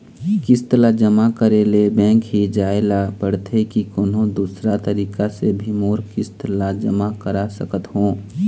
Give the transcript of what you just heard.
किस्त ला जमा करे ले बैंक ही जाए ला पड़ते कि कोन्हो दूसरा तरीका से भी मोर किस्त ला जमा करा सकत हो?